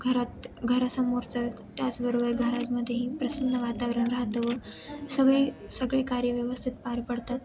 घरात घरासमोरचं त्याचबरोबर घरामध्येही प्रसन्न वातावरण राहतं व सगळे सगळे कार्य व्यवस्थित पार पडतात